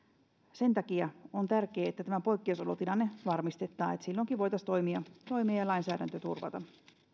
sen takia on tärkeää että tämä poikkeusolotilanne varmistetaan että silloinkin voitaisiin toimia toimia ja lainsäädäntö turvata